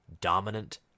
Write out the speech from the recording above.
dominant